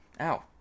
Ow